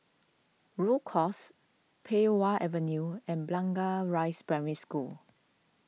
Rhu Cross Pei Wah Avenue and Blangah Rise Primary School